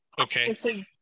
Okay